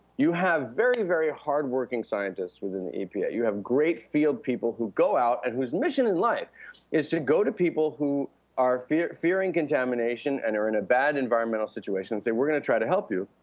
you have very, very hardworking scientists within the epa. you have great field people who go out and whose mission in life is to go to people who are fearing fearing contamination and are in a bad environmental situation and say we're going to try to help you.